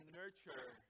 nurture